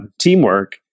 teamwork